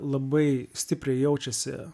labai stipriai jaučiasi